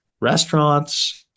restaurants